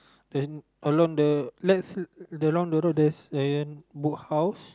the along the let's uh along the road there's an Book House